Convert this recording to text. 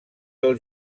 del